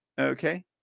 okay